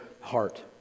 heart